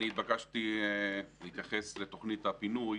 אני התבקשתי להתייחס לתוכנית הפינוי